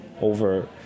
over